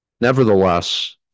nevertheless